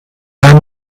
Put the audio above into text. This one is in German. ein